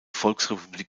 volksrepublik